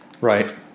Right